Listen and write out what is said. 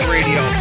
Radio